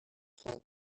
see